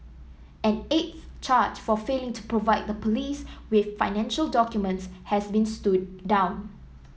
an eighth charge for failing to provide the police with financial documents has been stood down